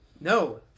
No